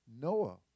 Noah